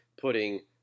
putting